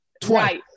Twice